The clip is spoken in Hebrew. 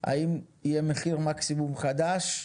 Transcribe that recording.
האם יהיה מחיר מקסימום חדש?